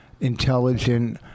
intelligent